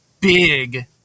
big